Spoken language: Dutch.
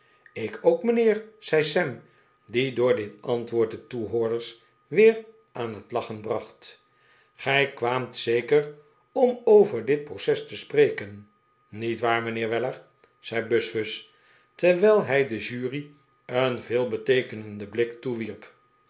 ik ook mijnheer zei sam die door dit antwoord de toehoorders weer aan het lachen bracht gij kwaamt zeker om over dit proces te spreken niet waar mijnheer weller zei buzfuz terwijl hij de jury een veelbeteekenenden blik toewierp